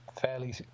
fairly